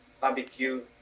barbecue